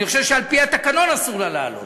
אני חושב שעל-פי התקנון אסור לה להעלות.